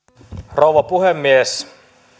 rouva puhemies